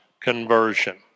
Conversion